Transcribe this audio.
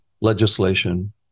legislation